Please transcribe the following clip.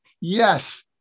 Yes